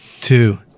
Two